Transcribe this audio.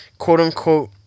quote-unquote